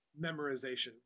memorization